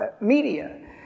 media